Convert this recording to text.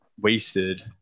wasted